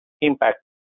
impact